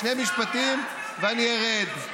שני משפטים ואני ארד.